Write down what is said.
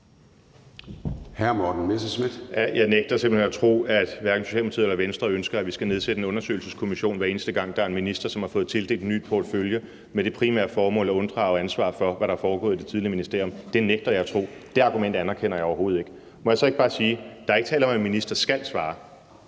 Jeg nægter simpelt hen at tro, at Socialdemokratiet eller Venstre ønsker, at vi skal nedsætte en undersøgelseskommission, hver eneste gang der er en minister, som har fået tildelt en ny portefølje med det primære formål, at vedkommende skal kunne unddrage sig ansvaret for, hvad der er foregået i det tidligere ministerium. Det nægter jeg at tro. Det argument anerkender jeg overhovedet ikke. Må jeg så ikke bare sige: Der er ikke tale om, at en minister skal svare.